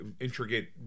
intricate